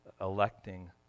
electing